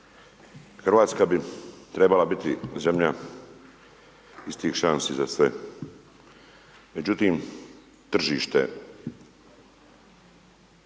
Hrvatska bi trebala biti zemlja istih šansi za sve, međutim tržište,